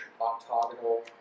octagonal